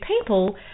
people